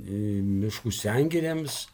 miškų sengirėms